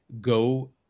go